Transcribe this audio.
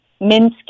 Minsky